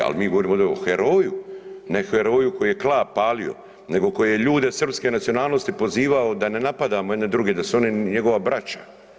Ali mi ovdje govorimo ovdje o heroju, ne heroju koji je kao, palio nego koji je ljude srpske nacionalnosti pozivao da ne napadamo jedni druge da su oni njegova braća.